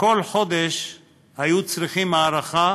כל חודש היו צריכים הארכה